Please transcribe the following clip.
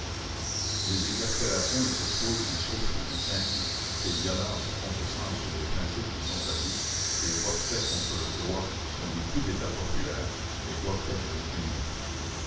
les exaspérations de cette foule qui souffre et qui saigne ses violences à contre-sens sur les principes qui sont sa vie ses voies de fait contre le droit sont des coups d'état populaires et doivent être réprimés